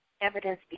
evidence